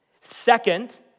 Second